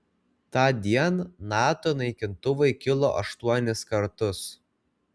tądien nato naikintuvai kilo aštuonis kartus